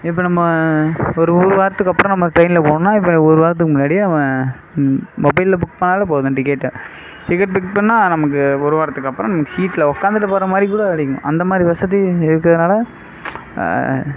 இப்போ நம்ம ஒரு ஒரு வாரத்துக்கு அப்புறம் நம்ம ட்ரெயினில் போகணுனா இப்போ ஒரு வாரத்துக்கு முன்னாடியே அவன் மொபைலில் புக் பண்ணிணாலும் போதும் டிக்கெட்டை டிக்கெட் புக் பண்ணிணா அது நமக்கு ஒரு வாரத்துக்கு அப்புறம் சீட்டில் உக்காந்துட்டு போகிற மாதிரி கூட கிடைக்கும் அந்த மாதிரி வசதி இருக்கிறதுனால